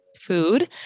food